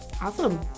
awesome